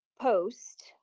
post